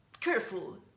careful